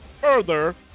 further